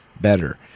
better